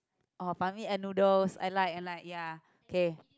oh Ban-Mian noodles I like I like ya okay